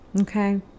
okay